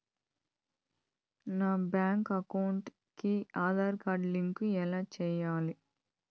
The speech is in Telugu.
నా బ్యాంకు అకౌంట్ కి ఆధార్ లింకు ఎలా సేయాలి